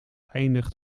eindigt